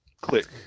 Click